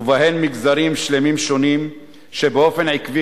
ובהן מגזרים שלמים שונים שבאופן עקבי